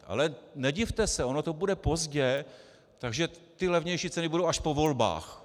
Ale nedivte se, ono to bude pozdě, takže ty levnější ceny budou až po volbách.